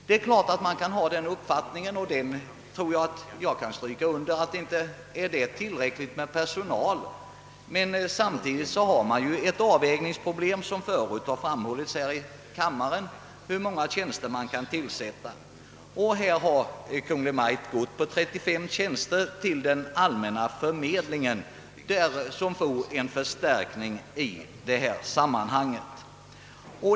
Det är klart att man kan ha denna uppfattning och själv kan jag också understryka att personalen är otillräcklig, men som framhållits tidigare här i kammaren är det ett avvägningsproblem hur många tjänster som kan tillsättas. Kungl. Maj:t har föreslagit 35 tjänster till den allmänna förmedlingen som ytterligare förstärkning.